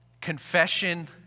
confession